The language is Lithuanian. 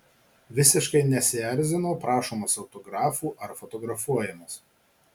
visiškai nesierzino prašomas autografų ar fotografuojamas